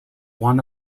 one